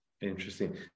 Interesting